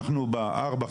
אנחנו בארבע,